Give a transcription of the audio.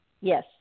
Yes